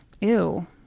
Ew